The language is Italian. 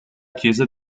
chiesa